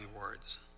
words